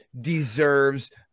deserves